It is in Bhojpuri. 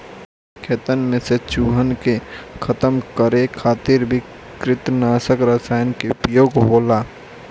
खेतन में से चूहन के खतम करे खातिर भी कृतंकनाशक रसायन के उपयोग होला